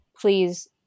please